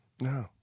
No